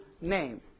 name